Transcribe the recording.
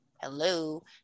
Hello